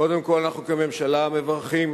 קודם כול, אנחנו, כממשלה, מברכים